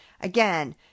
again